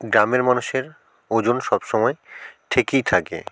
গ্রামের মানুষের ওজন সবসময় ঠিকই থাকে